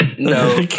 No